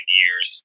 years